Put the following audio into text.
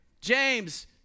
James